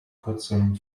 kurzem